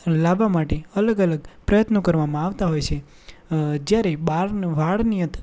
લાવવા માટે અલગ અલગ પ્રયત્નો કરવામાં આવતા હોય છે જયારે બાલ વાળની અંદર